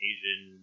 Asian